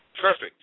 perfect